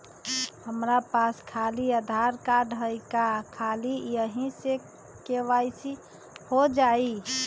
हमरा पास खाली आधार कार्ड है, का ख़ाली यही से के.वाई.सी हो जाइ?